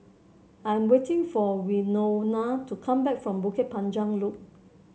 I am waiting for Winona to come back from Bukit Panjang Loop